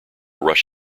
rush